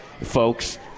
folks